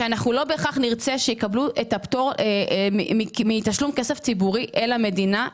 שאנחנו לא בהכרח נרצה שיקבלו פטור מתשלום כסף ציבורי למדינה.